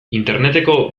interneteko